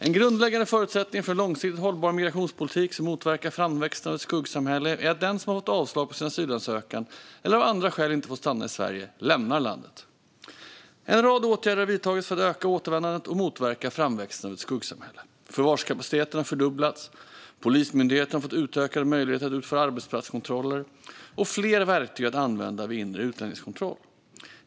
En grundläggande förutsättning för en långsiktigt hållbar migrationspolitik som motverkar framväxten av ett skuggsamhälle är att den som har fått avslag på sin asylansökan eller av andra skäl inte får stanna i Sverige lämnar landet. En rad åtgärder har vidtagits för att öka återvändandet och motverka framväxten av ett skuggsamhälle. Förvarskapaciteten har fördubblats, och Polismyndigheten har fått utökade möjligheter att utföra arbetsplatskontroller och fler verktyg att använda vid inre utlänningskontroll.